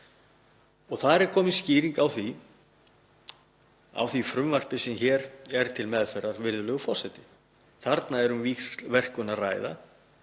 Þar er komin skýring á því frumvarpi sem hér er til meðferðar, virðulegur forseti. Þarna er um víxlverkun að ræða